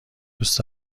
دوست